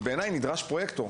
לכן בעיניי נדרש לזה פרויקטור.